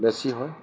বেছি হয়